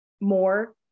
more